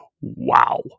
Wow